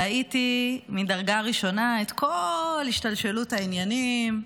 ראיתי מדרגה ראשונה את כל השתלשלות העניינים,